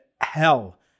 hell